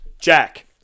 Jack